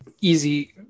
Easy